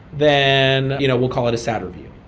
then you know we'll call it a sad review.